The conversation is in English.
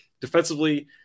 Defensively